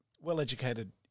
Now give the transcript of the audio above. Well-educated